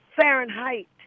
Fahrenheit